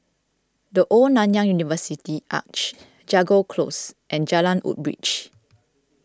the Old Nanyang University Arch Jago Close and Jalan Woodbridge